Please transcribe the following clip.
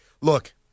Look